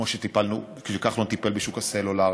כמו שכחלון טיפל בשוק הסלולר,